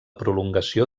prolongació